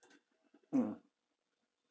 mm